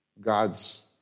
God's